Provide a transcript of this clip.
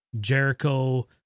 Jericho